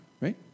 right